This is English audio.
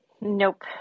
Nope